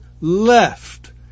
left